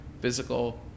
physical